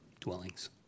dwellings